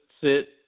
sit